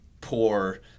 poor